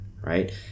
Right